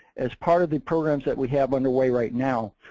as part of the programs that we have underway right now,